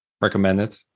recommended